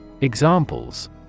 Examples